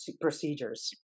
procedures